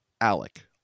Alec